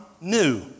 new